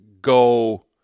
go